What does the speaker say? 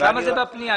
למה זה בפנייה?